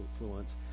influence